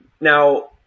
now